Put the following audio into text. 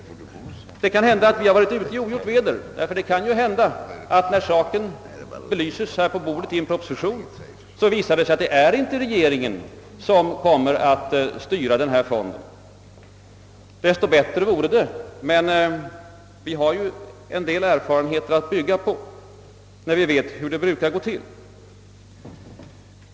Härvidlag har vi kanske varit ute i ogjort väder; när propositionen ligger på riksdagens bord kommer det kanhända att visa sig, att det inte är regeringen som skall styra fonden. Så mycket bättre vore det, men vi har ju en del erfarenhet att bygga på och vi vet hur det brukar gå till.